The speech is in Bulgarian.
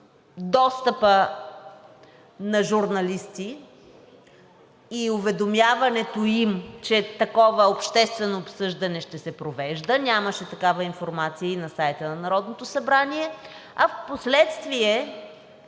достъпа на журналисти и уведомяването им, че такова обществено обсъждане ще се провежда, нямаше такава информация и на сайта на Народното събрание, а впоследствие,